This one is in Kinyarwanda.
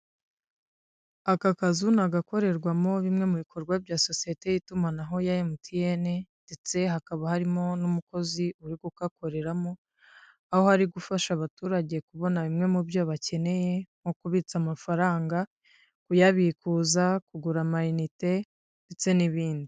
Aka kazu ni agakorerwamo bimwe mu bikorwa bya sosiyete y'itumanaho ya Emutiyene, ndetse hakaba harimo n'umukozi uri kugakoreramo, aho ari gufasha abaturage kubona bimwe mu byo bakeneye, nko kubitsa amafaranga kuyabikuza kugura amayinite ndetse n'ibindi.